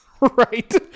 Right